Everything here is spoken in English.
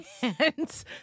Hands